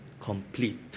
complete